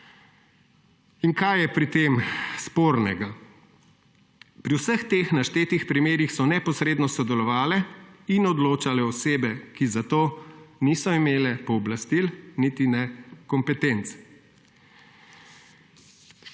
Kaj je pri tem spornega? Pri vseh teh naštetih primerih so neposredno sodelovale in odločale osebe, ki za to niso imele pooblastil niti ne kompetenc.